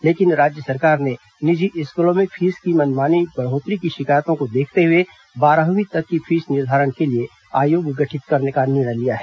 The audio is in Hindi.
लेकिन राज्य सरकार ने निजी स्कूलों में फीस की मनमानी बढ़ोत्तरी की शिकायतों को देखते हुए बारहवीं तक की फीस निर्धारण के लिए आयोग गठित करने का निर्णय लिया है